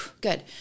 good